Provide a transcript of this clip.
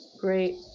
Great